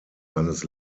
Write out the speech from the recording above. seines